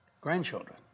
grandchildren